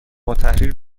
التحریر